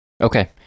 Okay